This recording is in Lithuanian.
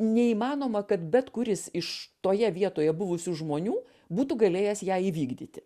neįmanoma kad bet kuris iš toje vietoje buvusių žmonių būtų galėjęs ją įvykdyti